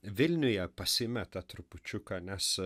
vilniuje pasimeta trupučiuką nes